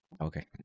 Okay